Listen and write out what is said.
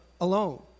alone